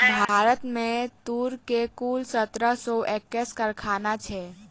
भारत में तूर के कुल सत्रह सौ एक्कैस कारखाना छै